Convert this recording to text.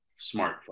smartphone